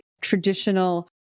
traditional